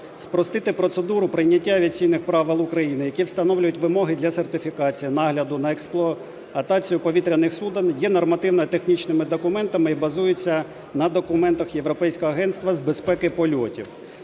спростити процедуру прийняття Авіаційних правил України, які встановлюють вимоги для сертифікації, нагляду, на експлуатацію повітряних суден, є нормативно-технічними документами і базуються на документах Європейського Агентства з безпеки польотів.